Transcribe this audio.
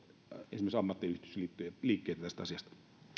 esimerkiksi ammattiyhdistysliikettä tästä asiasta